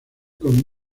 con